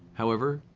however,